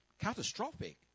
catastrophic